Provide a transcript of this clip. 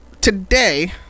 today